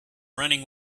running